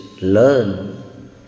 learn